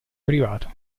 privato